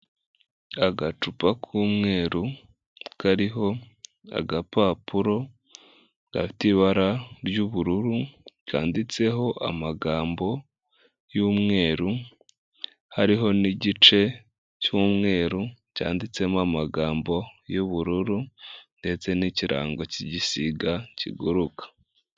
Agacupa k'umweru, kariho agapapuro gafite ibara ry'ubururu, kanditseho amagambo y'umweru, hariho n'igice cy'umweru cyanditsemo amagambo y'ubururu ndetse n'ikirango cy'igisiga kiguruka.